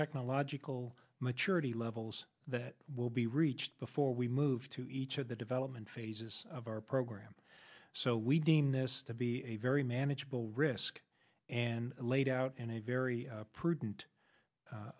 technology equal maturity levels that will be reached before we move to each of the development phases of our program so we deem this to be a very manageable risk and laid out in a very prudent